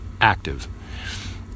Active